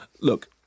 look